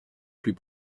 plus